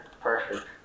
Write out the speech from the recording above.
Perfect